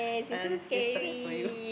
I already feels stress for you